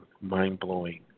mind-blowing